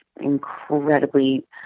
incredibly